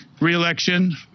reelection